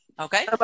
Okay